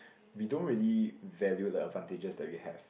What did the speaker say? we don't really value the advantages that we have